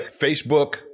Facebook